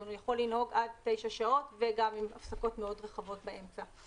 הוא יכול לנהוג עד תשע שעות וגם עם הפסקות מאוד רחבות באמצע.